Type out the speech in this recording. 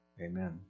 Amen